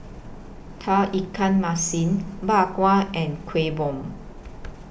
Tauge Ikan Masin Bak Kwa and Kueh Bom